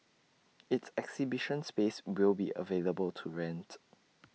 its exhibition space will be available to rent